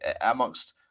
amongst